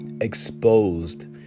exposed